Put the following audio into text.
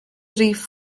rif